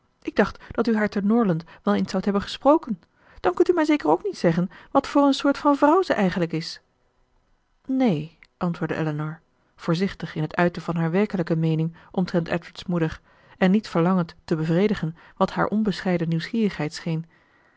ik dacht dat u haar te norland wel eens zoudt hebben gesproken dan kunt u mij zeker ook niet zeggen wat voor een soort van vrouw zij eigenlijk is neen antwoordde elinor voorzichtig in het uiten van haar werkelijke meening omtrent edward's moeder en niet verlangend te bevredigen wat haar onbescheiden nieuwsgierigheid